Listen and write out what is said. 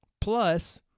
plus